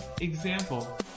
example